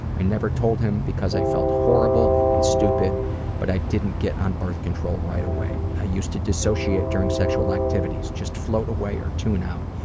i never told him because i felt horrible and stupid but i didn't get on birth control right away. i used to dissociate during sexual activities, just float away or tune out.